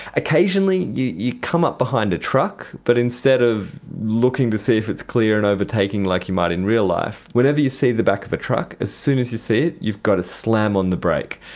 occasionally you you come up behind a truck, but instead of looking to see if it's clear and overtaking like you might in real life, whenever you see the back of a truck, as soon as you see it you've got to slam on the brake.